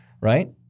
right